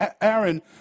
Aaron